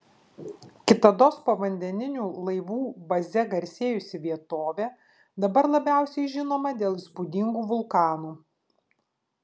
kitados povandeninių laivų baze garsėjusi vietovė dabar labiausiai žinoma dėl įspūdingų vulkanų